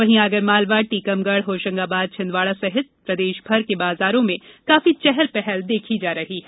वहीं आगरमालवा टीकमगढ़ होशंगाबाद छिंदवाड़ा अशोकनगर डिंडोरी सहित प्रदेश भर के बाजारों में काफी चहल पहल देखी जा रही है